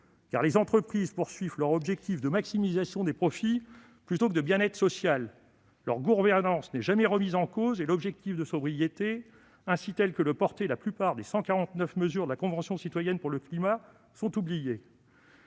but des entreprises reste la maximisation des profits plutôt que le bien-être social. Leur gouvernance n'est jamais remise en cause et l'objectif de sobriété, que visaient la plupart des 149 mesures de la Convention citoyenne pour le climat, est oublié.